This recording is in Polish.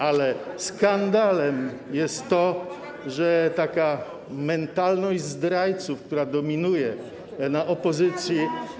Ale skandalem jest to, że taka mentalność zdrajców, która dominuje na opozycji.